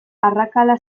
arrakala